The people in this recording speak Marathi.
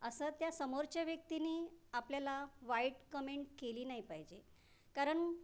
असं त्या समोरच्या व्यक्तीनी आपल्याला वाईट कमेंट केली नाही पाहिजे कारण